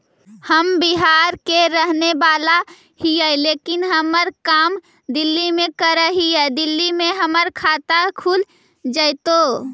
हम बिहार के रहेवाला हिय लेकिन हम काम दिल्ली में कर हिय, दिल्ली में हमर खाता खुल जैतै?